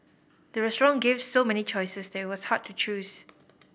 the restaurant gave so many choices they was hard to choose